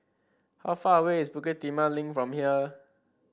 how far away is Bukit Timah Link from here